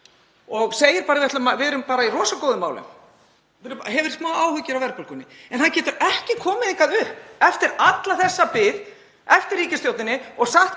og segir bara: Við erum bara í rosa góðum málum. Hefur smá áhyggjur af verðbólgunni. En hann getur ekki komið hingað upp eftir alla þessa bið eftir ríkisstjórninni og sagt